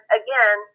again